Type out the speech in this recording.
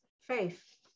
Faith